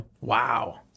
Wow